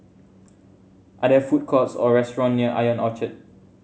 are there food courts or restaurant near Ion Orchard